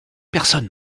personne